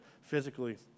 physically